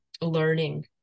learning